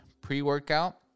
pre-workout